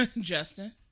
justin